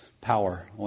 power